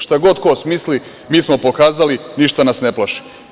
Šta god ko smisli, mi smo pokazali ništa nas ne plaši.